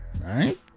Right